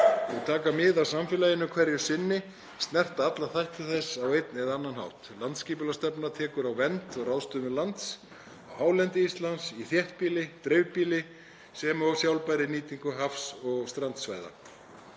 Þau taka mið af samfélaginu hverju sinni og snerta alla þætti þess á einn eða annan hátt. Landsskipulagsstefna tekur á vernd og ráðstöfun lands á hálendi Íslands, í þéttbýli og dreifbýli og sjálfbærri nýtingu haf- og strandsvæða.